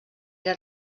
era